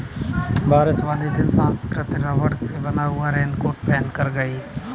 बारिश वाले दिन सुकृति रबड़ से बना हुआ रेनकोट पहनकर गई